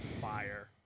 fire